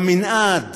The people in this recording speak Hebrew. במנעד